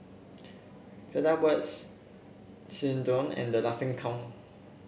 Pedal Works Xndo and The Laughing Cow